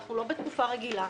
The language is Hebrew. אנחנו לא בתקופה רגילה.